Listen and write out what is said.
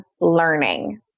learning